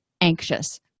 anxious